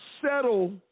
settle